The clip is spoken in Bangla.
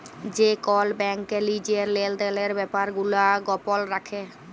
যে কল ব্যাংক লিজের লেলদেলের ব্যাপার গুলা গপল রাখে